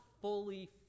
fully